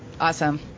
Awesome